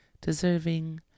deserving